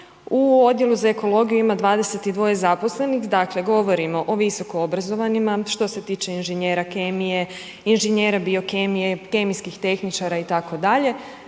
u Odjelu za ekologiju ima 22 zaposlenih, dakle govorimo o visokoobrazovanima što se tiče inženjera kemije, inžinjera biokemije, kemijskih tehničara,